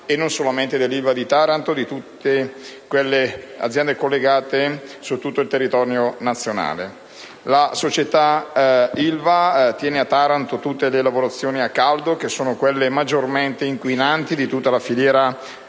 e non solamente dell'Ilva di Taranto, ma anche delle aziende collegate su tutto il territorio nazionale. La società Ilva tiene a Taranto tutte le lavorazioni a caldo, che sono quelle maggiormente inquinanti di tutta la filiera